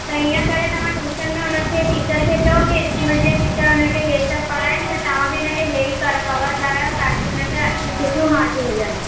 त हीअं करे तव्हां टूशन में हुनखे टीचर खे चयो की स्कूल जे टीचर हुनखे ही सभु पढ़ाइनि था तव्हां बि हिनखे ई ई कवर करायो ताकी हुनखे अछियूं सुठियूं मार्कियूं मिलनि